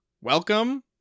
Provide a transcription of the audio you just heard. Welcome